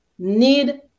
need